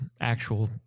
actual